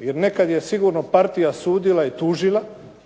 jer nekada je sigurno partija sudila i tužila